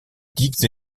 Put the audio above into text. dix